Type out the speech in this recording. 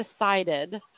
decided